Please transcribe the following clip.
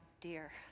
dear